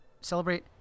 celebrate